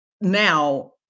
now